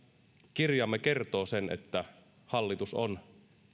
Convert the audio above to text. kirjamme kertoo sen että hallitus on